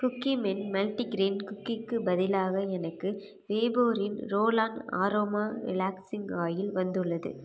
cookie man multigrain குக்கீக்கு பதிலாக எனக்கு வேபோரின் roll on aroma relaxing oil வந்துள்ளது